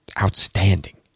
outstanding